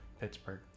Pittsburgh